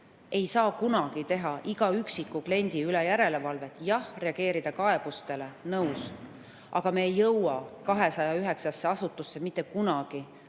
riik kunagi teha iga üksiku kliendi üle järelevalvet. Jah, [tuleb] reageerida kaebustele, nõus, aga me ei jõua 209 asutusse mitte kunagi samal